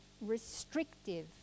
restrictive